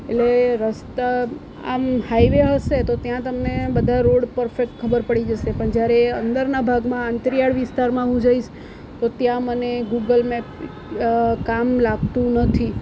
એટલે રસ્તા આમ હાઇવે હશે તો ત્યાં તમને બધા રોડ પરફેક્ટ ખબર પડી જશે પણ જ્યારે એ અંદરના ભાગમાં આંતરિયાળ વિસ્તારમાં હું જઈશ તો ત્યાં મને ગૂગલ મેપ કામ લાગતું નથી